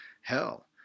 hell